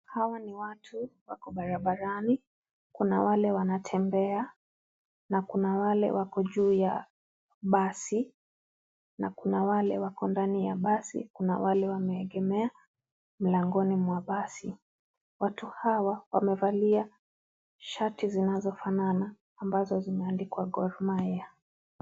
Hawa ni watu wako barabarani kuna wale wanatembea na kuna wale wako juu ya basi na kuna wale wako ndani ya basi, kuna wale wameegemea mlangoni mwa basi. Watu hawa wamevalia shati zinazofanana ambazo zimeandikwa Gor Mahia.